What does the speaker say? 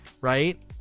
right